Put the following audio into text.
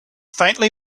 faintly